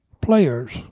players